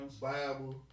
Bible